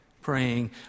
praying